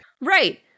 Right